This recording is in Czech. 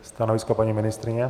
Stanovisko paní ministryně?